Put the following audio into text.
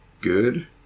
good